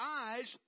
eyes